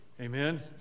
Amen